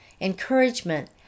encouragement